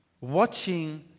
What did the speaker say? watching